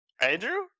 Andrew